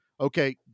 okay